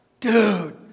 dude